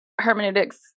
hermeneutics